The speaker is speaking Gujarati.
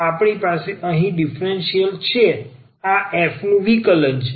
આપણી પાસે અહીં ડીફરન્સીયલ છે આ f નું વિકલન છે